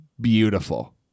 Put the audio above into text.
beautiful